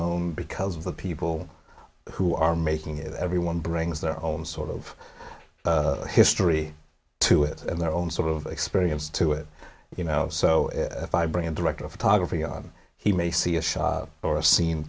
own because of the people who are making it everyone brings their own sort of history to it in their own sort of experience to it you know so if i bring a director of photography on he may see a shot or a scene